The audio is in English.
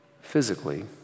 physically